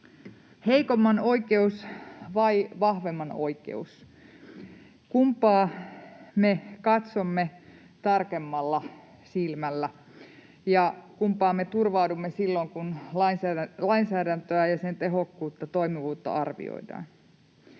Heikomman oikeus vai vahvemman oikeus: kumpaa me katsomme tarkemmalla silmällä, ja kumpaan me turvaudumme silloin, kun lainsäädäntöä ja sen tehokkuutta, toimivuutta arvioidaan?